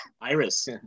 Iris